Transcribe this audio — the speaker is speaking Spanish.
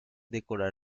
decorar